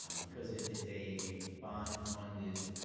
um because it is a bond funded